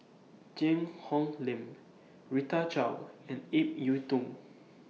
Cheang Hong Lim Rita Chao and Ip Yiu Tung